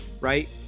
Right